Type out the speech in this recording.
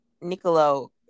Niccolo